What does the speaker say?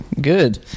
Good